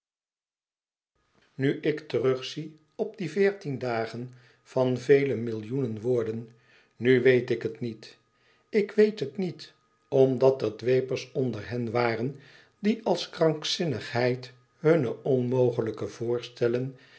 nu ik terugzie op die veertien dagen van vele millioenen woorden nu weet ik het niet ik weet het niet omdat er dwepers onder hen waren die als krankzinnigheid hunne onmogelijke voorstellen